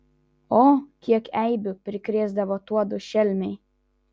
o kiek eibių prikrėsdavo tuodu šelmiai